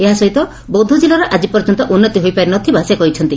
ଏହା ସହିତ ବୌଦ୍ଧ ଜିଲ୍ଲାର ଆକି ପର୍ଯ୍ୟନ୍ତ ଉନ୍ତି ହୋଇପାରିନଥିବା ସେ କହିଛନ୍ତି